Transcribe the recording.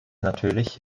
natürlich